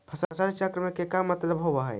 फसल चक्र न के का मतलब होब है?